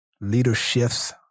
leaderships